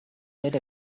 did